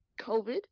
COVID